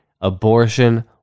abortion